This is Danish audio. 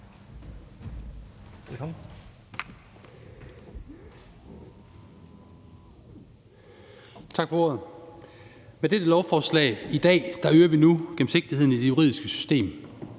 Tak for ordet. Med dette lovforslag i dag øger vi nu gennemsigtigheden i det juridiske system.